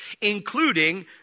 including